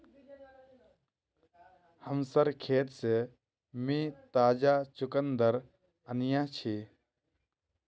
हमसार खेत से मी ताजा चुकंदर अन्याछि